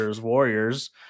Warriors